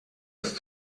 ist